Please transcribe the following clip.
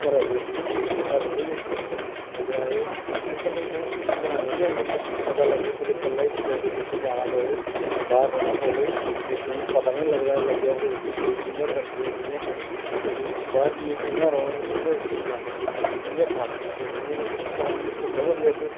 घरा दी ते इक ते हेल्प होई जंदी दूआ एह् ऐ कन्नै तुसें गी कुछ बनाने गी बी आई जंदा पता लग्गे कुदै कल्ला गै कुदै अग्गें पिच्छें जाना पवै बाह्र रौह्ना पवै जेकर तुसें गी पता गै नेईं लग्गेआ कि भई एह्की चीज़ कि'यां बनदी ऐ कि'यां नेईं ते बाह्र जाइयै कि'यां रौह्ना ते कि'यां रुट्टी बनानी ते कि'यां खानी इ'यां ते तुस बाहर जाइयै भुक्खे मरी जाह्गे ओ